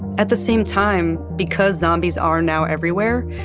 at the same time, because zombies are now everywhere,